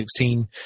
2016